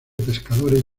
pescadores